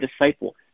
disciple